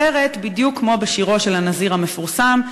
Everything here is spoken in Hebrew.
אחרת בדיוק כמו בשירו של הנזיר המפורסם,